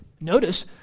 Notice